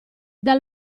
dal